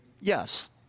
yes